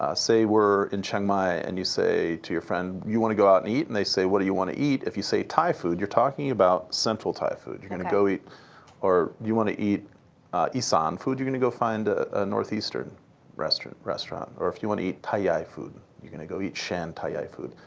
ah say we're in chiang mai and you say to your friend, you want to go out and eat, and they say, what do you want to eat, if you say thai food, you're talking about central thai food. you're going to go eat or you want to eat issan food, you want to go find a northeastern restaurant. or if you want to eat thai-yai food, you're going to go eat shan thai-yai food,